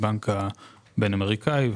הבנק הבין אמריקאי.